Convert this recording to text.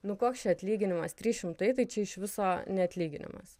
nu koks čia atlyginimas trys šimtai tai čia iš viso ne atlyginimas